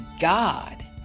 God